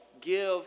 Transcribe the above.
give